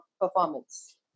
performance